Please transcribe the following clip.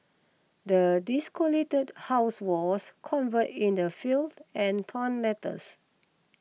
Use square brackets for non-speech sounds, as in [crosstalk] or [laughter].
the [unintelligible] house was cover in the fill and torn letters